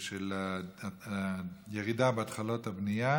של הירידה בהתחלות הבנייה